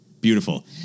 beautiful